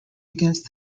against